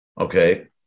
okay